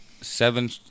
seven